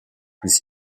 plus